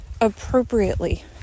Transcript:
appropriately